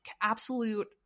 absolute